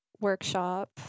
workshop